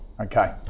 okay